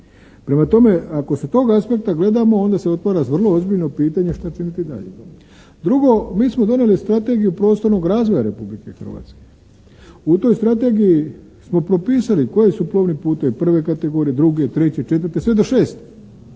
Prema tome, ako sa tog aspekta gledamo onda se otvara vrlo ozbiljno pitanje šta će biti dalje. Drugo, mi smo donijeli strategiju prostornog razvoja Republike Hrvatske. U toj strategiji smo propisali koji su plovni putevi prve kategorije, druge, treće, četvrte, sve do šeste